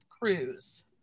Cruise